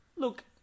look